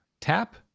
Tap